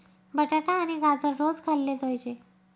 बटाटा आणि गाजर रोज खाल्ले जोयजे